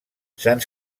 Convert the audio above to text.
se’n